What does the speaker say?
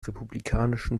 republikanischen